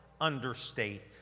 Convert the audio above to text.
understate